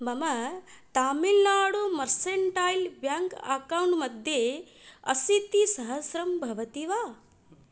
मम Tamil Nadu mercantile bank account मध्ये अशीतिसहस्रं भवति वा